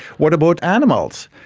what about animals?